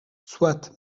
soit